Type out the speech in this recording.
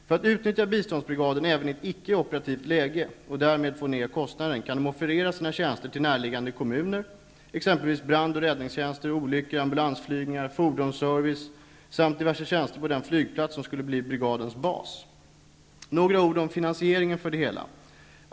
För att utnyttja biståndsbrigaden även i ett icke operativt läge och därmed få ned kostnaden kan den offerera sina tjänster till närliggande kommuner, exempelvis brand och räddningstjänst vid olyckor, ambulansflygningar och fordonsservice samt diverse tjänster på den flygplats som skulle bli brigadens bas. Några ord om finansieringen för det hela.